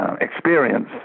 experience